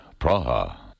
Praha